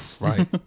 Right